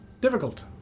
Difficult